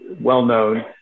well-known